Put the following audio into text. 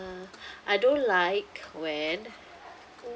uh I don't like when